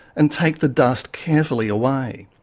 and take the dust carefully away.